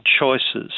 choices